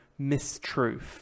mistruth